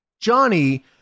Johnny